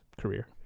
career